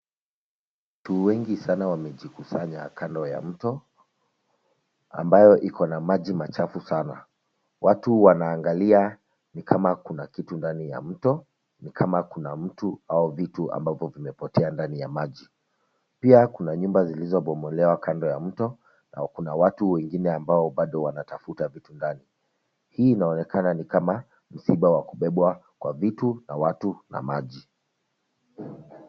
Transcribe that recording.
Watu wengi sana wamejikusanya kando ya mto ambayo ikona maji machafu sana. Watu wanaangalia nikama kuna kitu ndani ya mto, nikama kuna mtu au vitu ambavyo vimepotea ndani ya maji. Pia kuna nyumba zilizo bomolewa kando ya mto na kuna watu wengine ambao bado wanatafuta vitu ndani. Hii inaonekana nikama msiba wa kubebwa kwa vitu na watu na maji.